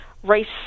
race